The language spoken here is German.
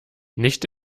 nicht